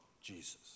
Jesus